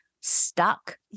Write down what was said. stuck